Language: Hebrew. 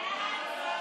חוק-יסוד: